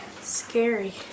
Scary